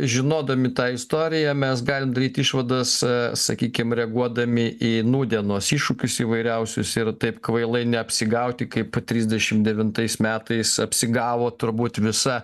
žinodami tą istoriją mes galim daryti išvadas sakykim reaguodami į nūdienos iššūkius įvairiausius ir taip kvailai neapsigauti kaip trisdešimt devintais metais apsigavo turbūt visa